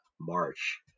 March